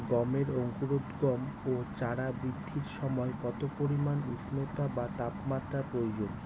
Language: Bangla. গমের অঙ্কুরোদগম ও চারা বৃদ্ধির সময় কত পরিমান উষ্ণতা বা তাপমাত্রা প্রয়োজন?